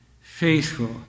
faithful